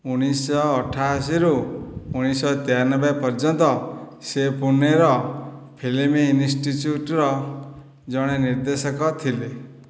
ଉଣେଇଶହ ଅଠାଅଶିରୁ ଉଣେଇଶହ ତେୟାନବେ ପର୍ଯ୍ୟନ୍ତ ସେ ପୁନେର ଫିଲ୍ମ ଇନଷ୍ଟିଚ୍ୟୁଟ୍ର ଜଣେ ନିର୍ଦ୍ଦେଶକ ଥିଲେ